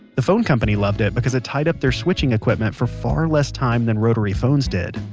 the phone company loved it because it tied up their switching equipment for far less time than rotary phones did.